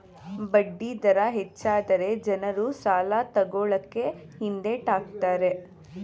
ಬಡ್ಡಿ ದರ ಹೆಚ್ಚಾದರೆ ಜನರು ಸಾಲ ತಕೊಳ್ಳಕೆ ಹಿಂದೆಟ್ ಹಾಕ್ತರೆ